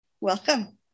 welcome